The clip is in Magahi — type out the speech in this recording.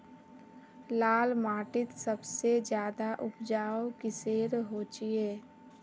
लाल माटित सबसे ज्यादा उपजाऊ किसेर होचए?